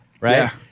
right